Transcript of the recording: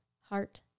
heart